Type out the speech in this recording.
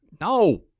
No